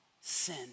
sin